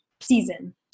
season